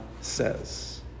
says